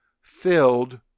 filled